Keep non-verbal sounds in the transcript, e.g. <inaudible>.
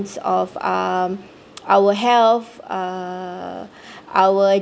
it's of um <noise> our health uh our